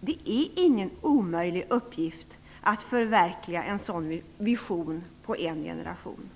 Det är ingen omöjlig uppgift att förverkliga en sådan vision på en generation.